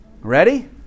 Ready